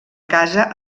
casa